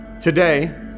Today